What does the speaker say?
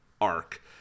arc